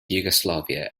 yugoslavia